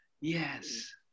Yes